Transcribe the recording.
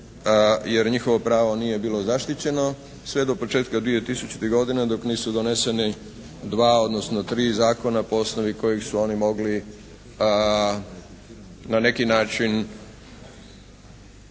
jer njihovo pravo nije bilo zaštićeno sve do početka 2000. godine dok nisu doneseni dva, odnosno tri zakona po osnovi kojeg su oni mogli na neki način mi